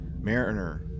mariner